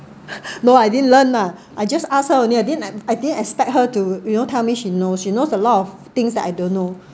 no I didn't learn lah I just ask her only I didn't I didn't expect her to you know tell me she knows she knows a lot of things that I don't know